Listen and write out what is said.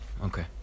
Okay